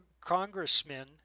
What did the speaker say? congressmen